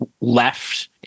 left